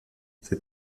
c’est